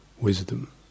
wisdom